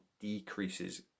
decreases